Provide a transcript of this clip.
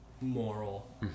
moral